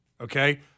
Okay